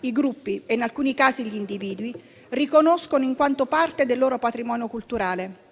i gruppi e in alcuni casi gli individui riconoscono in quanto parte del loro patrimonio culturale.